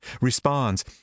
responds